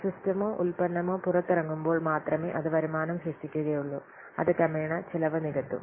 സിസ്റ്റമോ ഉൽപ്പന്നമോ പുറത്തിറങ്ങുമ്പോൾ മാത്രമേ അത് വരുമാനം സൃഷ്ടിക്കുകയുള്ളൂ അത് ക്രമേണ ചെലവ് നികത്തും